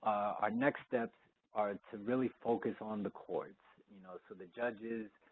our next steps are to really focus on the courts, you know so the judges,